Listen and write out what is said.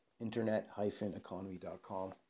internet-economy.com